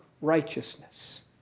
righteousness